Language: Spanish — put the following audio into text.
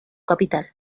capital